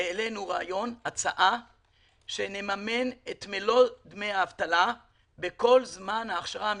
העלינו הצעה שנממן את מלוא דמי האבטלה בכל תקופת ההכשרה המקצועית,